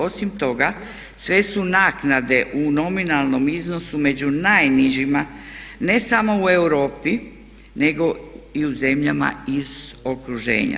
Osim toga sve su naknade u nominalnom iznosu među najnižima ne samo u Europi nego i u zemljama iz okruženja.